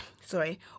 sorry